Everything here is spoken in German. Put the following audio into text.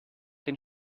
den